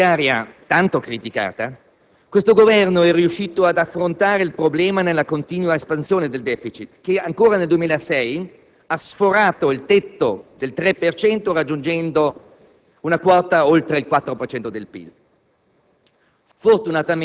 Con la finanziaria, tanto criticata, questo Governo è riuscito ad affrontare il problema della continua espansione del *deficit* che ancora nel 2006 ha sforato il tetto del 3 per cento, raggiungendo una quota oltre il 4 per